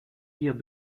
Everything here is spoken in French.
dires